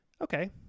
Okay